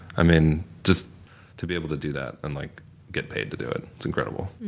i mean just to be able to do that and like get paid to do it, it's incredible.